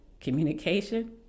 communication